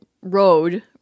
road